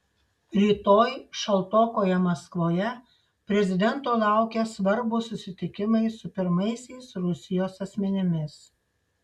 rytoj šaltokoje maskvoje prezidento laukia svarbūs susitikimai su pirmaisiais rusijos asmenimis